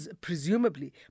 presumably